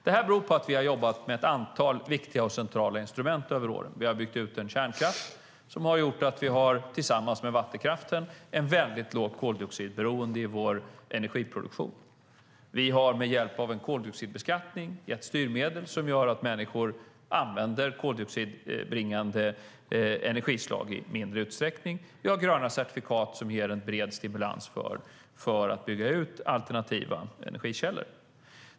Det beror på att vi har jobbat med ett antal viktiga och centrala instrument över åren. Vi har byggt ut kärnkraften, vilket har gjort att vi tillsammans med vattenkraften har ett mycket lågt koldioxidberoende i vår energiproduktion. Vi har med hjälp av koldioxidbeskattning gett styrmedel som gör att människor använder koldioxidbringande energislag i mindre utsträckning. Vi har gröna certifikat som ger en bred stimulans för att bygga ut alternativa energikällor.